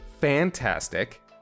fantastic